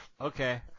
Okay